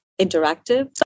interactive